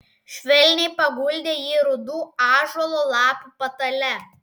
švelniai paguldė jį rudų ąžuolo lapų patale